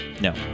No